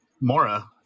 Mora